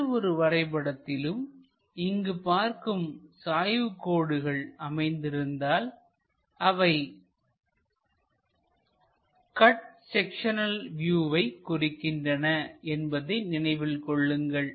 எந்தவொரு வரைபடத்திலும்இங்கு பார்க்கும் சாய்வுக்கோடுகள் அமைந்திருந்தால் அவை கட் செக்ஷனல் வியூவை குறிக்கின்றன என்பதை நினைவில் கொள்ளுங்கள்